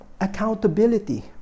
accountability